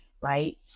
right